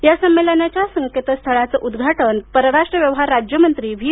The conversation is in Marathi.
या संमेलनाच्या संकेतस्थळाचं उद्घाटन परराष्ट्र व्यवहार राज्यमंत्री व्ही